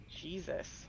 Jesus